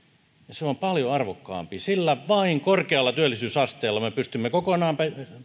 se on paljon arvokkaampi sillä vain korkealla työllisyysasteella me pystymme kokonaan